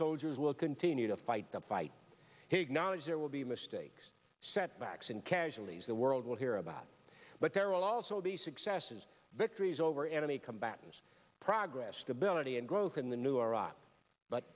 soldiers will continue to fight the fight he acknowledges there will be mistakes setbacks and casualties the world will hear about but there'll also be successes victories over enemy combatants progress stability and growth in the new iraq but